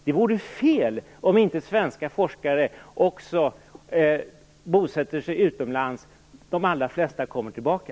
Det vore fel om inte svenska forskare också bosatte sig utomlands. De flesta kommer tillbaka.